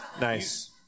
Nice